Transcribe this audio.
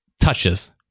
touches